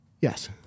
Yes